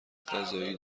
غذایی